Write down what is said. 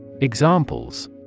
Examples